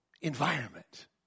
environment